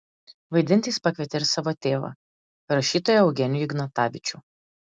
vaidinti jis pakvietė ir savo tėvą rašytoją eugenijų ignatavičių